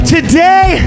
Today